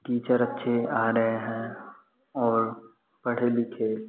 teacher अच्छे आ रहे हैं और पढ़े लिखे